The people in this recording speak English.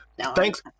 Thanks